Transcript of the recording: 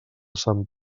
sant